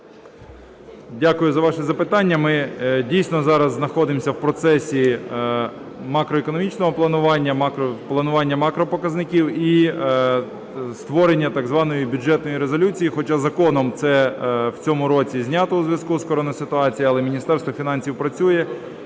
Дякую за ваші запитання. Ми дійсно зараз знаходимося в процесі макроекономічного планування, планування макропоказників і створення так званої Бюджетної резолюції, хоча законом це в цьому році знято в зв'язку із коронаситуацією, але Міністерство фінансів працює.